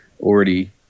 already